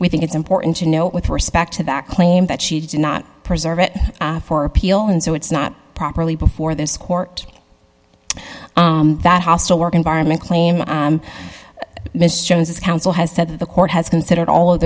we think it's important to note with respect to that claim that she did not preserve it for appeal and so it's not properly before this court that hostile work environment claim mr jones is counsel has said that the court has considered all of